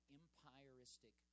empiristic